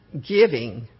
giving